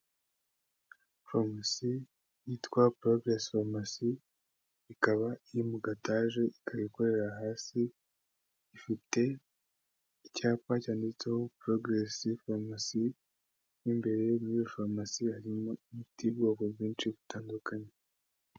Farumasi yitwa porogiresi faromasi, ikaba iri mu gataje, ikaba ikorera hasi, ifite icyapa cyanditseho porogiresi farumasi, mo imbere muri iyo farumasi, harimo imiti y'ubwoko bwinshi butandukanye.